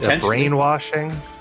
brainwashing